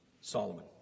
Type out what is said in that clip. Solomon